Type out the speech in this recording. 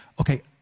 okay